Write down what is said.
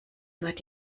seit